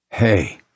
Hey